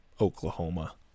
Oklahoma